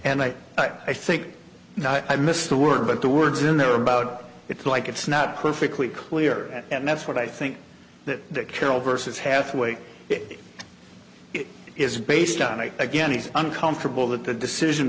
and i i think i missed the word but the words in there about it like it's not perfectly clear and that's what i think that that carol versus halfway it is based on and again he's uncomfortable that the decision